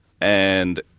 and-